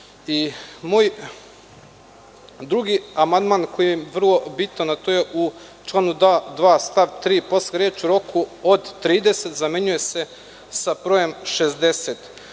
drugi amandman koji je vrlo bitan, a to je u članu 2. stav 3. posle reči „u roku od 30“ zamenjuje se brojem „60“.